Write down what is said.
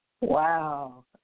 Wow